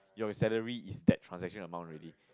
your salary is that transaction amount already